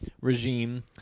regime